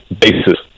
basis